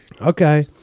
Okay